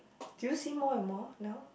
do you see more and more now